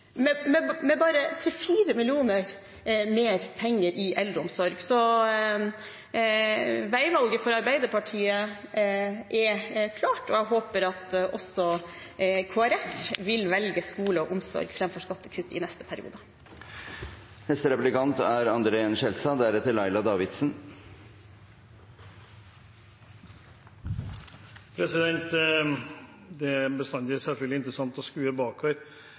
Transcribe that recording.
med bare 3–4 mill. kr mer til eldreomsorg. Veivalget for Arbeiderpartiet er klart, og jeg håper at også Kristelig Folkeparti vil velge skole og omsorg framfor skattekutt i neste periode. Det er bestandig interessant å skue bakover.